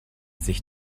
sich